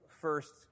first